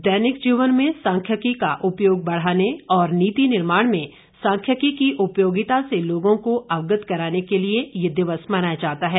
दैनिक जीवन में सांख्यिकी का उपयोग बढ़ाने और नीति निर्माण में सांख्यिकी की उपयोगिता से लोगों को अवगत कराने के लिए यह दिवस मनाया जाता है